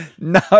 No